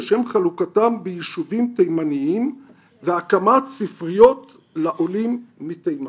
לשם חלוקתם ביישובים תימניים והקמת ספריות לעולים מתימן'.